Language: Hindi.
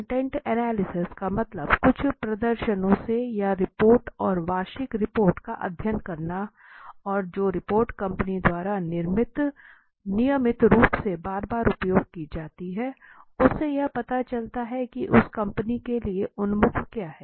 कंटेंट एनालिसिस का मतलब कुछ प्रदर्शनों से या रिपोर्ट और वार्षिक रिपोर्ट का अध्ययन करना और जो रिपोर्ट कंपनी द्वारा नियमित रूप से बार बार उपयोग की जाती है उससे यह पता चलता है कि उस कंपनी के लिए उन्मुख क्या है